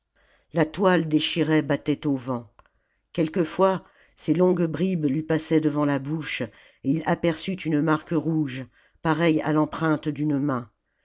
la toile déchirée battait au vent quelquefois ses longues bribes lui passaient devant la bouche et il aperçut une marque rouge pareille à l'empreinte d'une main